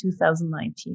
2019